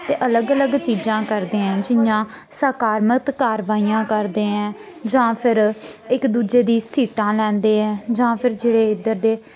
ते अलग अलग चीजां करदे ऐ जियां सकारमत कारवाइयां करदे ऐ जां फिर इक दूजे दी सीटां लैंदे ऐ जां फिर जेह्ड़े इद्धर दे